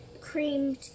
creamed